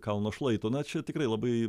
kalno šlaito na čia tikrai labai